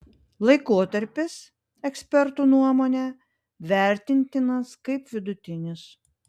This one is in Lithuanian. laikotarpis ekspertų nuomone vertintinas kaip vidutinis